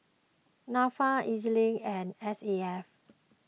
Nafa E Z Link and S A F